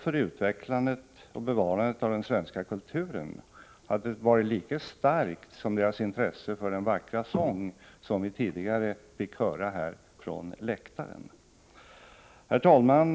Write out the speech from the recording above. för utvecklandet och bevarandet av den svenska kulturen hade varit lika starkt som deras intresse för den vackra sång som vi tidigare fick höra från läktaren. Herr talman!